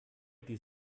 die